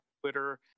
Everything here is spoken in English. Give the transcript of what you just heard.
twitter